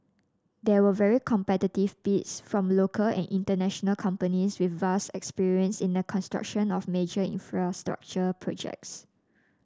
there were very competitive bids from local and international companies with vast experience in the construction of major infrastructure projects